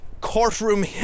courtroom